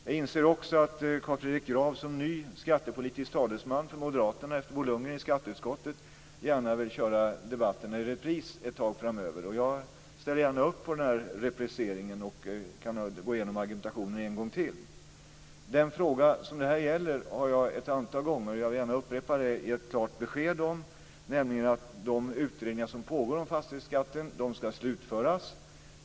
Jag inser också att Carl Fredrik Graf som ny skattepolitisk talesman för Moderaterna efter Bo Lundgren i skatteutskottet gärna vill köra debatterna i repris ett tag framöver. Jag ställer gärna upp på den här repriseringen och kan gå igenom argumentationen en gång till. Den fråga som det här gäller har jag ett antal gånger gett klart besked om, och jag vill gärna upprepa det, nämligen att de utredningar som pågår om fastighetsskatten ska slutföras.